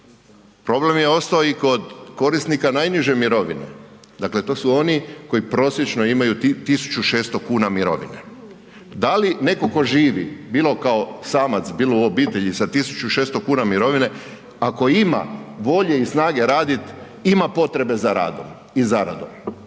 Problem je ostao i kod korisnika najniže mirovine. Dakle, to su oni koji prosječno imaju 1.600 kuna mirovine. Da li netko tko živi bilo kao samac, bilo u obitelji sa 1.600 kuna mirovine ako ima volje i snage radit ima potrebe za radom i zaradom?